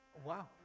wow